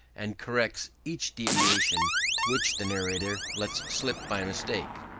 and corrects each deviation which the narrator lets slip by mistake.